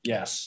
Yes